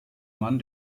mann